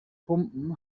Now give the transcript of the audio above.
pumpen